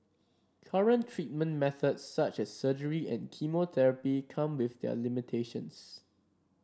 current treatment methods such as surgery and chemotherapy come with their limitations